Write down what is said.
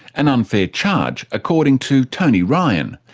an unfair charge according to tony ryan,